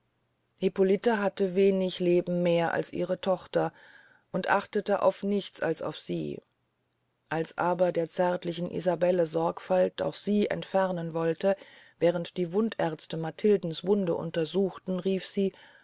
hippolite hatte wenig leben mehr als ihre tochter und achtete auf nichts als auf sie als aber der zärtlichen isabelle sorgfalt auch sie entfernen wolte während die wundärzte matildens wunde untersuchten rief sie